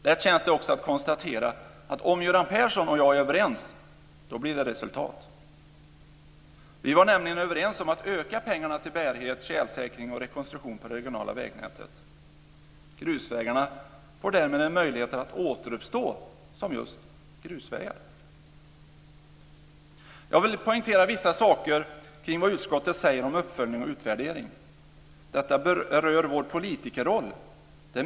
Lätt känns det också att konstatera att om Göran Persson och jag är överens, då blir det resultat. Vi var nämligen överens om att öka pengarna till bärighet, tjälsäkring och rekonstruktion på det regionala vägnätet. Grusvägarna får därmed en möjlighet att återuppstå som just grusvägar. Jag vill poängtera vissa saker som utskottet säger om uppföljning och utvärdering. Det berör vår politikerroll.